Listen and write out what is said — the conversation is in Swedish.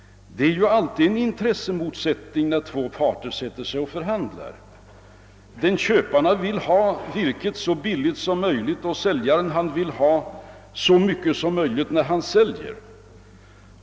Det är ju alltid en intressemotsättning när två parter sätter sig att förhandla. Köparen vill ha virket så billigt som möjligt, och säljaren vill ha så mycket som möjligt när han säljer.